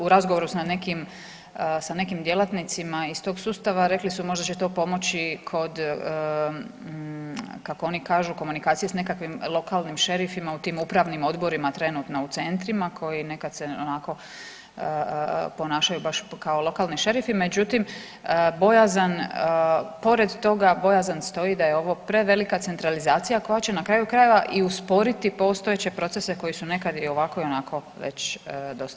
U razgovoru sa nekim djelatnicima iz tog sustav rekli su možda će to pomoći i kod kako oni kažu komunikacije s nekakvim lokalnim šerifima u tim upravnim odborima trenutno u centrima koji nekad se onako ponašaju baš kao lokalni šerifi, međutim bojazan, pored toga bojazan stoji da je ovo prevelika centralizacija koja će na kraju krajeva i usporiti postojeće procese koji su nekad i ovako i onako već dosta spori.